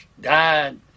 died